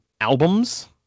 albums